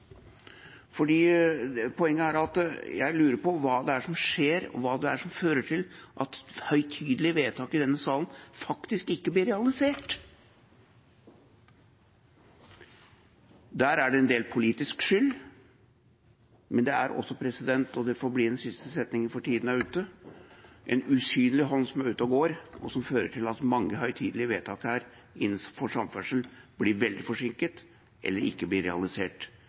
Poenget er at jeg lurer på hva som skjer, hva som fører til at høytidelige vedtak i denne salen faktisk ikke blir realisert. Der er det en del politisk skyld, men det er også – og det får bli en siste setning, for tiden er ute – en usynlig hånd som er ute og går og fører til at mange høytidelige vedtak innenfor samferdsel blir veldig forsinket eller ikke realisert.